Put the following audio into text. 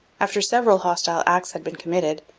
after several hostile acts had been committed,